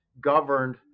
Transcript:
governed